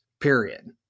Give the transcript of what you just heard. Period